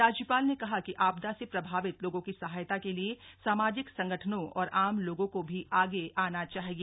राज्यपाल ने कहा कि आपदा से प्रभावित लोगों की सहायता के लिए सामाजिक संगठनों और आम लोगों को भी आगे आना चाहिये